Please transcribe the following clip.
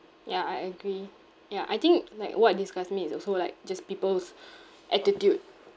ya I agree ya I think like what disgusts me is also like just people's attitude